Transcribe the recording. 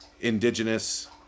indigenous